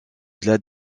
delà